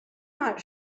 not